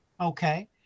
okay